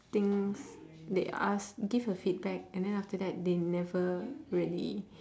things they ask give a feedback and then after that they never really